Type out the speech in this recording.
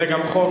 זה גם חוק,